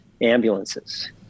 ambulances